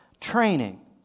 training